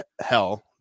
hell